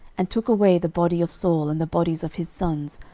and took away the body of saul, and the bodies of his sons,